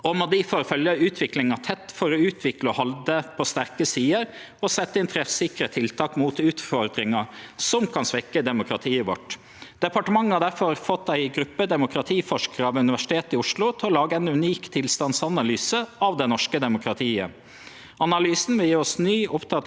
partementet har difor fått ei gruppe demokratiforskarar ved Universitetet i Oslo til å lage ein unik tilstandsanalyse av det norske demokratiet. Analysen vil gje oss ny og oppdatert kunnskap om demokratisituasjonen i Noreg. Vi vil kome tilbake til Stortinget med ein samla gjennomgang av funna frå tilstandsanalysen av det norske demokratiet.